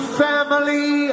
family